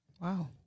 Wow